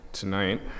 Tonight